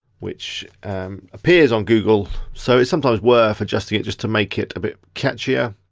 which appears on google, so it's sometimes worth adjusting it just to make it a bit catchier.